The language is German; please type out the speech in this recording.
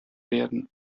werden